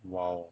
!wow!